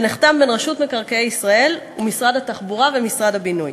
שנחתם בין רשות מקרקעי ישראל ומשרד התחבורה ומשרד הבינוי.